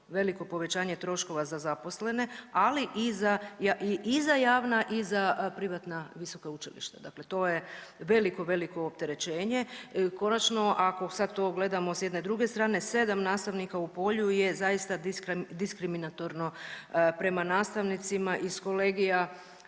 veliko povećanje troškova za zaposlene, ali i za, i za javna i za privatna visoka učilišta, dakle to je veliko, veliko opterećenje. Konačno ako sad to gledamo s jedne druge strane 7 nastavnika u polju je zaista diskriminatorno prema nastavnicima iz kolegija